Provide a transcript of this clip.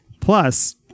Plus